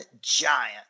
Giant